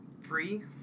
free